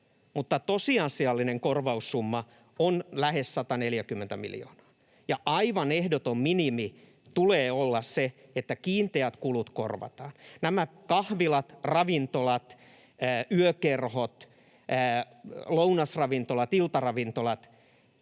mutta tosiasiallinen korvaussumma on lähes 140 miljoonaa. Ja aivan ehdoton minimi tulee olla se, että kiinteät kulut korvataan. Nämä kahvilat, ravintolat, yökerhot, lounasravintolat, iltaravintolat,